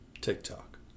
TikTok